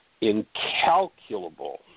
incalculable